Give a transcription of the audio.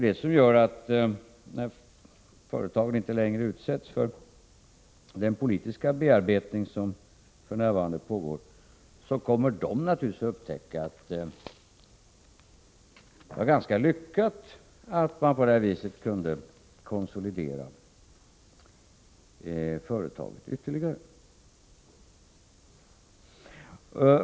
Det här gör att när företagen inte längre utsätts för den politiska bearbetning som f. n. pågår kommer de naturligtvis att upptäcka att det var ganska lyckat att man på det här viset kunde konsolidera företagen ytterligare.